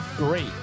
great